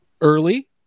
early